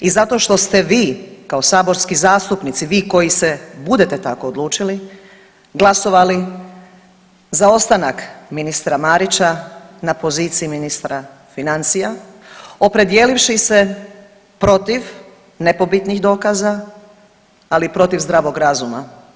I zato što ste vi kao saborski zastupnici vi koji se budete tako odlučili glasovali za ostanak ministra Marića na poziciji ministra financija opredjelivši se protiv nepobitnih dokaza, ali protiv zdravog razuma.